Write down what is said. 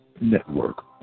Network